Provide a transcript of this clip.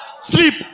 Sleep